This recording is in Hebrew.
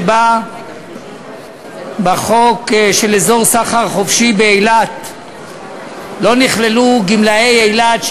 שבה בחוק אזור סחר חופשי באילת לא נכללו גמלאי אילת,